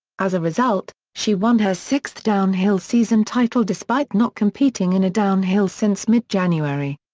as a result, she won her sixth downhill season title despite not competing in a downhill since mid-january.